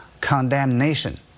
Condemnation